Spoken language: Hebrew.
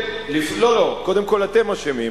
עוד פעם מאשימים, לא, קודם כול אתם אשמים.